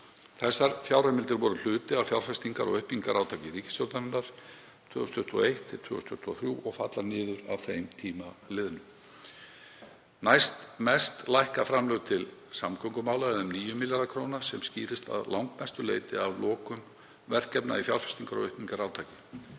Þessar fjárheimildir voru hluti af fjárfestingar- og uppbyggingarátaki ríkisstjórnarinnar 2021–2023 og falla niður að þeim tíma liðnum. Næstmest lækka framlög til samgöngumála, eða um 9 milljarða kr., sem skýrist að langmestu leyti af lokum verkefna í fjárfestingar- og uppbyggingarátaki.